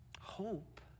Hope